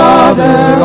Father